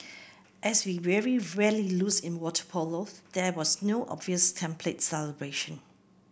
as we very rarely lose in water polo there was no obvious template celebration